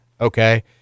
okay